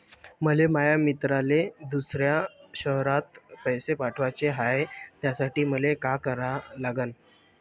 मले माया मित्राले दुसऱ्या शयरात पैसे पाठवाचे हाय, त्यासाठी मले का करा लागन?